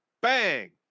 Bang